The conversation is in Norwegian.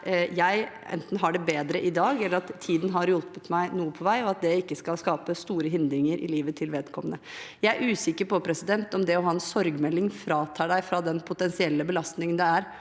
at jeg har det enten bedre i dag eller tiden har hjulpet meg noe på vei, og at det ikke skal skape store hindringer i livet til vedkommende. Jeg er usikker på om det å ha en sorgmelding fratar deg den potensielle belastningen det er